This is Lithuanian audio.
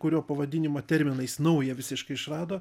kurio pavadinimą terminais naują visiškai išrado